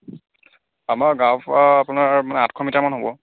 আমাৰ গাঁৱৰ পৰা আপোনাৰ মানে আঠশ মিটাৰমান হ'ব